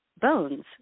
bones